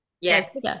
Yes